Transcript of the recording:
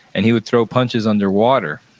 and he would throw punches underwater,